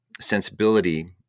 sensibility